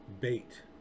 bait